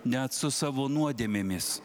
net su savo nuodėmėmis